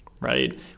right